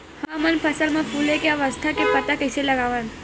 हमन फसल मा फुले के अवस्था के पता कइसे लगावन?